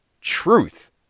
truth